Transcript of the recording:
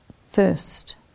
first